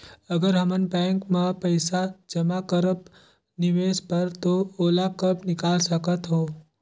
अगर हमन बैंक म पइसा जमा करब निवेश बर तो ओला कब निकाल सकत हो?